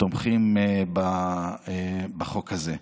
תומכים בחוק הזה.